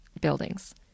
buildings